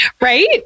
Right